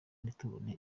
ntitubone